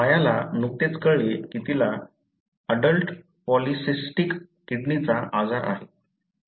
मायाला नुकतेच कळले की तिला अडल्ट पॉलीसिस्टिक किडनीचा आजार आहे